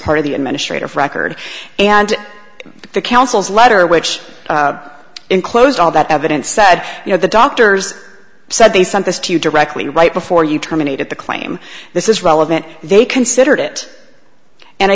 part of the administrative record and the counsel's letter which enclosed all that evidence said you know the doctors said they sent this to you directly right before you terminated the claim this is relevant they considered it and i